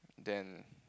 then